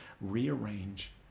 rearrange